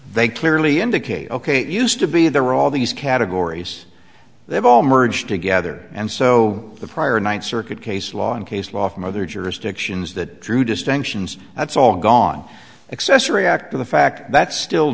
they clearly indicate ok used to be there were all these categories they've all merged together and so the prior ninth circuit case law and case law from other jurisdictions that drew distinctions that's all gone accessory after the fact that's still